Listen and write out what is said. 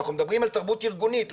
אנחנו מדברים על תרבות ארגונית,